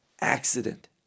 accident